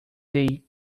they